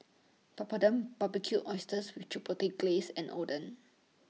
Papadum Barbecued Oysters with Chipotle Glaze and Oden